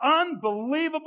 unbelievable